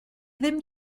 ddim